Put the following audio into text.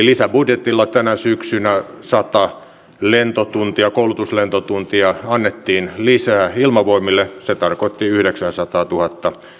lisäbudjetilla tänä syksynä sata lentotuntia koulutuslentotuntia annettiin lisää ilmavoimille se tarkoitti yhdeksääsataatuhatta